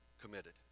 committed